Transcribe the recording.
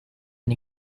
and